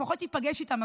לפחות ייפגש איתם.